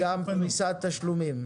וגם פריסת תשלומים.